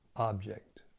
Object